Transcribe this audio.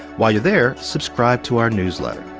while you're there, subscribe to our newsletter